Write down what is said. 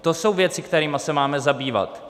To jsou věci, kterými se máme zabývat.